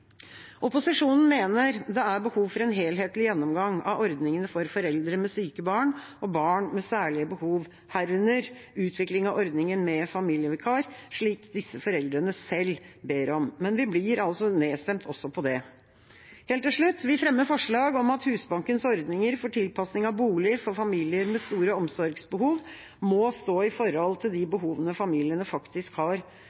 Opposisjonen mener det er behov for en helhetlig gjennomgang av ordningene for foreldre med syke barn og barn med særlige behov, herunder utvikling av ordningen med familievikar, slik disse foreldrene selv ber om, men vi blir altså nedstemt også på det. Helt til slutt: Vi fremmer forslag om at Husbankens ordninger for tilpasning av boliger for familier med store omsorgsbehov må stå i forhold til de